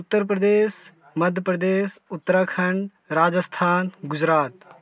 Uttar Pradesh Madhya Pradesh Uttarakhand Rajasthan Gujarat